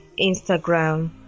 Instagram